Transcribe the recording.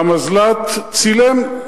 והמזל"ט צילם,